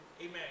Amen